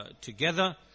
together